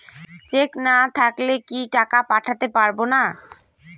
Check না থাকলে কি টাকা পাঠাতে পারবো না?